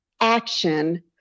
action